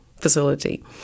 facility